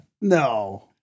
No